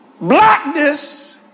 blackness